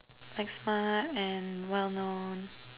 like smart and well known